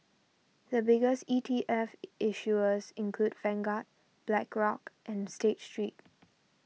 the biggest E T F issuers include Vanguard Blackrock and State Street